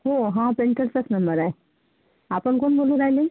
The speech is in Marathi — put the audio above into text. हो हा पेंटरचाच नंबर आहे आपण कोण बोलून राहिले